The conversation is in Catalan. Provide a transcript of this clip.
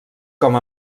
com